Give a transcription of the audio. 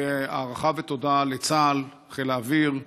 והערכה ותודה לצה"ל, חיל האוויר,